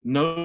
no